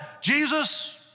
Jesus